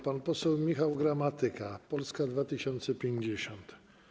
Pan poseł Michał Gramatyka, Polska 2050.